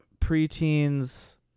preteens